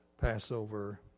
Passover